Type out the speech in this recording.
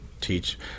Teach